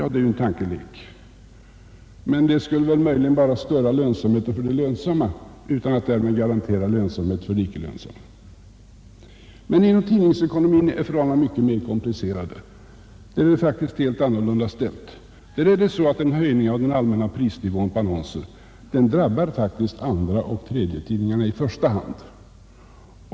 Det är ju en tankelek. Men det skulle möjligen bara störa lönsamheten för de lönsamma utan att garantera lönsamhet för de icke lönsamma. Inom tidningsekonomin är förhållandena mycket mera komplicerade. Där är det så att en höjning av den allmänna prisnivån på annonser faktiskt drabbar andraoch tredjetidningarna i första hand.